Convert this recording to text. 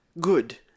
good